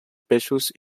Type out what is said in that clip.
peixos